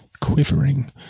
quivering